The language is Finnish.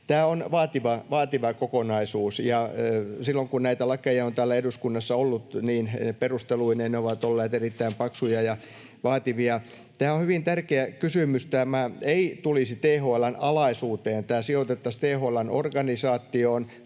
— on vaativa kokonaisuus, ja silloin kun näitä lakeja on täällä eduskunnassa ollut, niin perusteluineen ne ovat olleet erittäin paksuja ja vaativia. Tämä on hyvin tärkeä kysymys. Tämä ei tulisi THL:n alaisuuteen, tämä sijoitettaisiin THL:n organisaatioon,